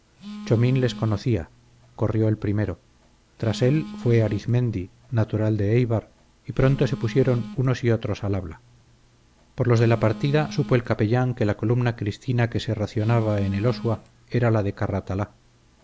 chomín les conocía corrió el primero tras él fue arizmendi natural de éibar y pronto se pusieron unos y otros al habla por los de la partida supo el capellán que la columna cristina que se racionaba en elosua era la de carratalá